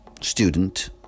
student